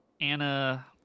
Anna